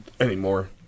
anymore